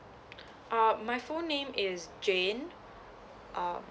uh my full name is jane uh